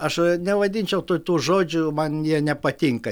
aš a nevadinčiau tų tų žodžių man jie nepatinka